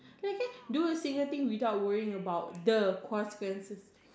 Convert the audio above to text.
like I can do a single thing without worrying about the consequences